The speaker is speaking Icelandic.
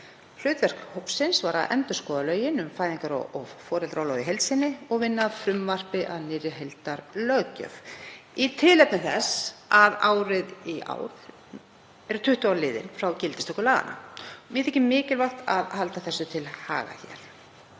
Hlutverk hópsins var að endurskoða lög um fæðingar- og foreldraorlof í heild sinni og vinna að frumvarpi að nýrri heildarlöggjöf í tilefni þess að í ár eru 20 ár liðin frá gildistöku laganna. Mér þykir mikilvægt að halda því til haga.